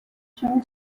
شما